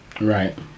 Right